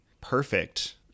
perfect